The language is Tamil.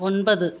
ஒன்பது